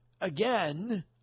again